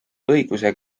õiguse